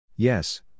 Yes